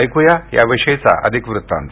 ऐकूया याविषयीचा अधिक वृत्तान्त